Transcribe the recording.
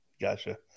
gotcha